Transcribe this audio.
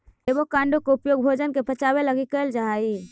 avocado के उपयोग भोजन के पचाबे लागी कयल जा हई